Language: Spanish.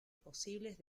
posibles